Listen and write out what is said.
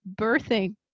birthing